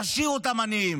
להשאיר אותם עניים.